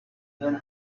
then